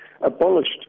abolished